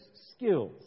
skills